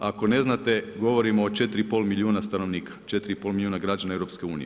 Ako ne znate govorimo o 4,5 milijuna stanovnika, 4,5 milijuna građana EU.